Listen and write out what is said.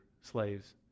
slaves